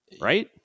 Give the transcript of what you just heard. Right